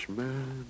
man